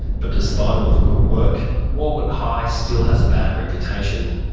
but despite all the good work, walgett high still has a bad reputation.